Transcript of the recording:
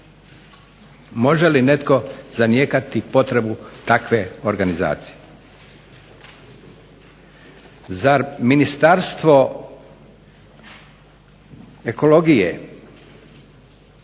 Može li netko zanijekati potrebu takve organizacije.